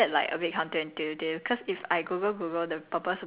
actually my answer was gonna be like I will google google first